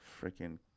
freaking